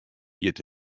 giet